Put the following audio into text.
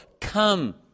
come